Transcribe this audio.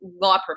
law